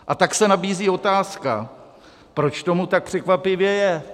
A tak se nabízí otázka, proč tomu tak překvapivě je.